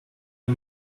the